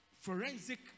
forensic